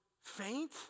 faint